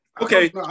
Okay